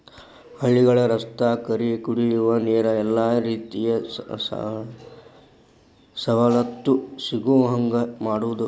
ಹಳ್ಳಿಗಳ ರಸ್ತಾ ಕೆರಿ ಕುಡಿಯುವ ನೇರ ಎಲ್ಲಾ ರೇತಿ ಸವಲತ್ತು ಸಿಗುಹಂಗ ಮಾಡುದ